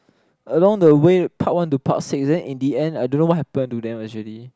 along the way part one to part six and then in the end I don't know what happen to them actually